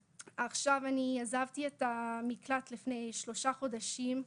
עכשיו, אני עזבתי את המקלט לפני שלושה חודשים.